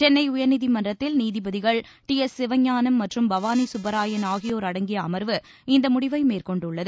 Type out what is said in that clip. சென்னை உயர்நீதிமன்றத்தில் நீதிபதிகள் T S Sivagnanam மற்றும் பவானி சுப்பராயன் ஆகியோர் அடங்கிய அமர்வு இந்த முடிவை மேற்கொண்டுள்ளது